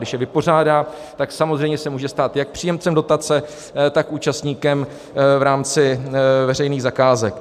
Když je vypořádá, tak se samozřejmě může stát jak příjemcem dotace, tak účastníkem v rámci veřejných zakázek.